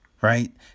right